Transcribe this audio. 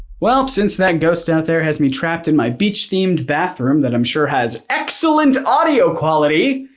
well, since that ghost out there has me trapped in my beach-themed bathroom that i'm sure has excellent audio quality,